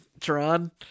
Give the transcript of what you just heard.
Tron